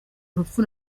urupfu